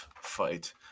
fight